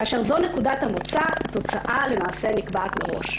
כאשר זו נקודת המוצא התוצאה למעשה נקבעת מראש."